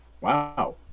Wow